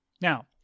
Now